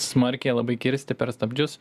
smarkiai labai kirsti per stabdžius